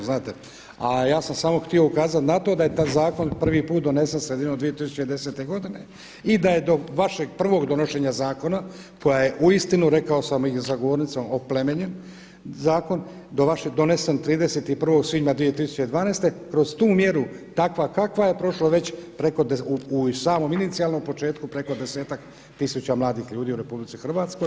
A ja sam samo htio ukazati na to da je taj zakon prvi put donesen sredinom 2010. godine i da je do vašeg prvog donošenja zakona koja je uistinu rekao dam i za govornicom oplemenjen zakon, donesen 31. svibnja 2012., kroz tu mjeru takva kakva je, prošlo već, u samom inicijalnom početku preko 10-ak tisuća mladih ljudi u RH.